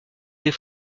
des